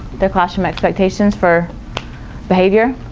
their classroom expectations for behavior?